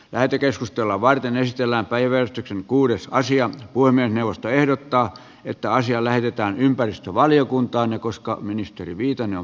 lähetekeskustelua varten esitellään päivätty kuudes karsia poimia puhemiesneuvosto ehdottaa että asia lähetetään ympäristövaliokuntaan